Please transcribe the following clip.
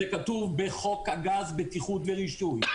זה כתוב בחוק הגז בטיחות ורישוי.